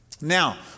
Now